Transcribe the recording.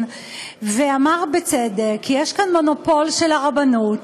ואמר בצדק: יש כאן מונופול של הרבנות,